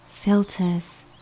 filters